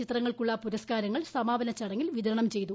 ചിത്രങ്ങൾക്കുള്ള പുരസ്കാരങ്ങൾ സമാപന ചടങ്ങിൽ വിതരണം ചെയ്തു